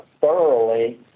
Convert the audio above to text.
thoroughly